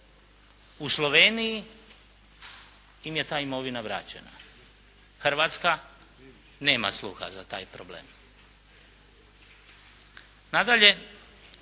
U Sloveniji im je ta imovina vraćena. Hrvatska nema sluha za taj problem. Nadalje,